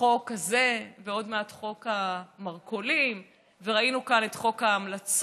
החוק הזה ועוד מעט חוק המרכולים וראינו כאן את חוק ההמלצות,